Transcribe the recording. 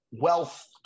wealth